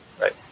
Right